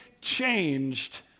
changed